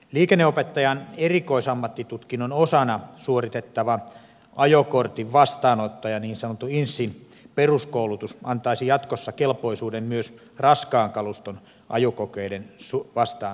liikenneopettajan erikoisammattitutkinnon osana suoritettavan ajokokeen vastaanottajan niin sanotun inssin peruskoulutus antaisi jatkossa kelpoisuuden myös raskaan kaluston ajokokeiden vastaanottamiseen